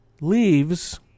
leaves